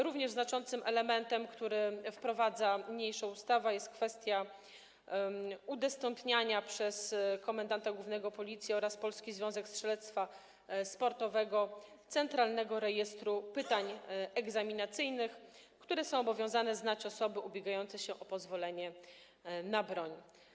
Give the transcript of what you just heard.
Również znaczącym elementem, który wprowadza niniejsza ustawa, jest kwestia udostępniania przez komendanta głównego Policji oraz Polski Związek Strzelectwa Sportowego centralnego rejestru pytań egzaminacyjnych, które są obowiązane znać osoby ubiegające się o pozwolenie na broń.